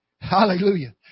Hallelujah